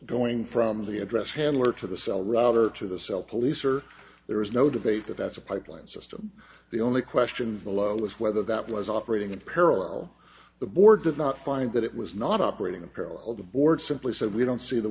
going from the address handler to the cell rather to the cell police or there is no debate that that's a pipeline system the only question below is whether that was operating in parallel the board did not find that it was not operating in parallel the board simply said we don't see the